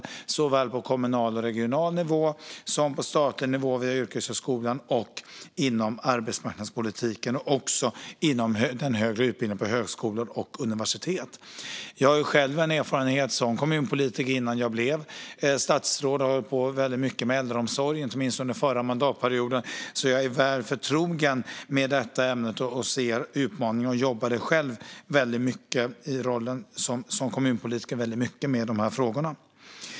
Det görs såväl på kommunal och regional nivå som på statlig nivå, via yrkeshögskolan, inom arbetsmarknadspolitiken och inom den högre utbildningen på högskolor och universitet. Jag har själv erfarenhet av att vara kommunpolitiker, från tiden innan jag blev statsråd. Jag har hållit på väldigt mycket med äldreomsorg, inte minst under den förra mandatperioden, och är därmed väl förtrogen med ämnet och ser utmaningarna. I rollen som kommunpolitiker jobbade jag själv mycket med de här frågorna.